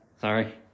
sorry